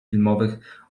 filmowych